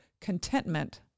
contentment